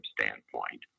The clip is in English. standpoint